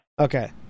Okay